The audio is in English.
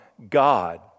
God